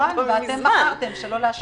נכון, ואתם בחרתם שלא לאשר.